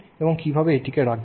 এবং আপনি এটি কিভাবে রাখবেন